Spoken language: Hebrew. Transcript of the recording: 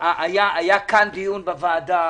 היה כאן דיון בוועדה